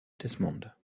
desmond